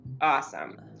awesome